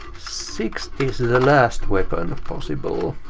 six is the the last weapon possible.